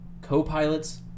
Copilots